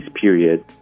period